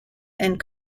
and